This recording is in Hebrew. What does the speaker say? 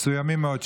מסוימים מאוד.